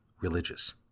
Religious